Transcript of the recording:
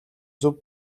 зөв